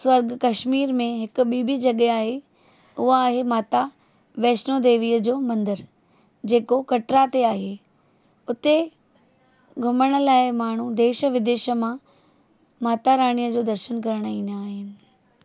सुर्ग कश्मीर में हिकु ॿी बि जॻहि आहे उहा आहे माता वेष्णो देवीअ जो मंदरु जेको कटरा ते आहे उते घुमण लाइ माण्हू देश विदेश मां माता राणीअ जो दर्शनु करणु ईंदा आहिनि